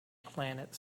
planet